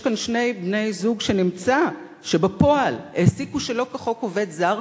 יש כאן שני בני-זוג שנמצא שבפועל העסיקו שלא כחוק עובד זר.